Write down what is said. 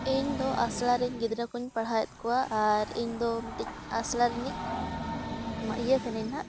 ᱤᱧ ᱫᱚ ᱟᱥᱲᱟ ᱨᱮᱱ ᱜᱤᱫᱽᱨᱟᱹ ᱠᱚᱧ ᱯᱟᱲᱦᱟᱣᱮᱫ ᱠᱚᱣᱟ ᱟᱨ ᱤᱧ ᱫᱚ ᱢᱤᱫᱴᱮᱱ ᱟᱥᱲᱟ ᱨᱤᱱᱤᱡ ᱤᱭᱟᱹ ᱠᱟᱹᱱᱟᱹᱧ ᱦᱟᱸᱜ